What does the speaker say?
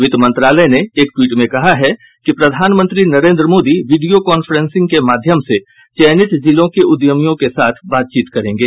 वित्त मंत्रालय ने एक ट्वीट में कहा है कि प्रधानमंत्री नरेन्द्र मोदी विडियोकांफ्रेंसिंग के माध्यम से चयनित जिलों के उद्यमियों के साथ बातचीत करेंगे